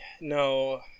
No